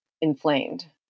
inflamed